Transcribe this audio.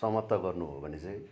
समाप्त गर्नु हो भने चाहिँ